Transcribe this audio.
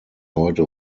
heute